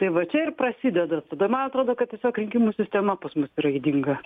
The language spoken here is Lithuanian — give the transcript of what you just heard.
tai va čia ir prasideda tada man atrodo kad tiesiog rinkimų sistema pas mus yra ydinga